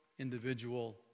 individual